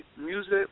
music